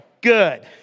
Good